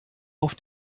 auf